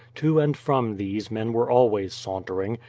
to and from these men were always sauntering,